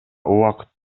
убакыт